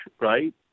right